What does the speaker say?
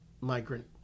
migrant